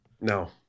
No